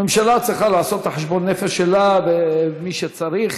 הממשלה צריכה לעשות את חשבון הנפש שלה, ומי שצריך.